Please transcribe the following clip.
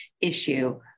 issue